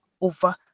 over